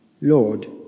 Lord